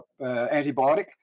antibiotic